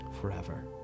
forever